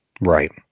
right